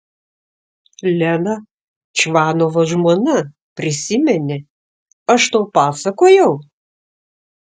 lena čvanovo žmona prisimeni aš tau pasakojau